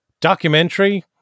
documentary